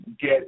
get